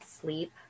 sleep